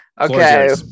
Okay